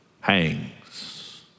hangs